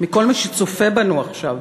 מכל מי שצופה בנו עכשיו,